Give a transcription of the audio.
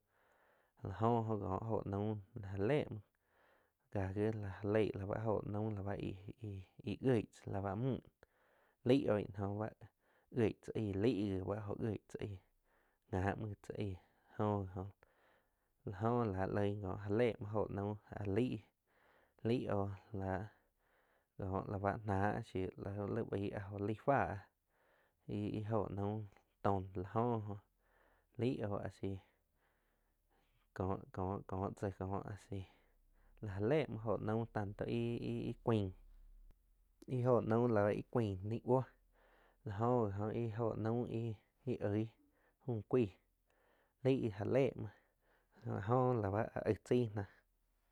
Láh joh oh ko jo num la jáh le muoh ka ji la ja leig óh naum íh-ih jioig la báh müh lai oh íh no jóh jieg tzá aig laig gi báhh jo jieij tzá aig ja muoh gi tzá aig jo ji oh. La jo la loig ná ko ja le muo jo naum áh laigh laig oh láh có la bá náh shiuh, lai áh jo laig fáa ih-ih jo naum tóh la jo oh aig oh a si co-co tzá asi la ja le muo jo naum tanto íh-ih cuain íh jo naum lau íh cuain ni buoh la jo ji oh íh jo naum ih oig ni fu cuaig laig j le muoh la jo la báh áh aig tzai náh.